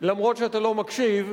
אף-על-פי שאתה לא מקשיב,